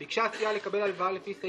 אושרה בקריאה ראשונה,